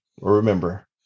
remember